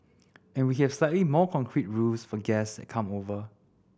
and we have slightly more concrete rules for guests that come over